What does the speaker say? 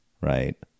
Right